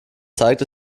zeigt